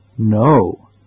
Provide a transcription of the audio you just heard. No